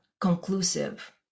conclusive